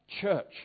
church